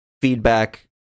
feedback